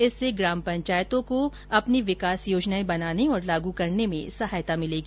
इससे ग्राम पंचायतों को अपनी विकास र्योजनाएं बनाने और लागू करने में सहायता मिलेगी